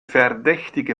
verdächtige